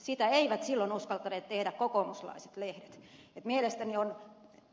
sitä eivät silloin uskaltaneet tehdä kokoomuslaiset lehdet